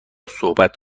صحبت